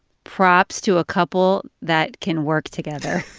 props to a couple that can work together.